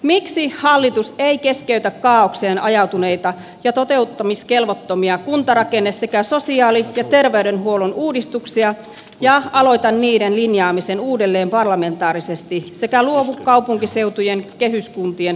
miksi hallitus ei keskeytä kaaokseen ajautuneita ja toteuttamiskelvottomia kuntarakenne sekä sosiaali ja terveydenhuollon uudistuksia ja aloitan niiden linjaamisen uudelleen parlamentaarisesti sekä luovu kaupunkiseutujen kehyskuntien